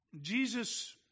Jesus